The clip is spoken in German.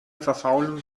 verfaulen